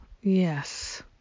Yes